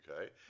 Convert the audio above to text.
okay